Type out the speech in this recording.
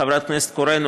חברת הכנסת קורן,